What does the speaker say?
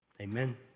Amen